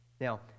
Now